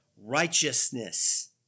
righteousness